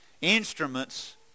instruments